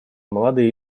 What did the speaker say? молодые